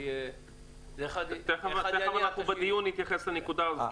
בדיון נתייחס לנקודה הזאת.